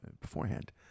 beforehand